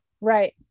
Right